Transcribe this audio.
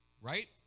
right